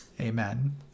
Amen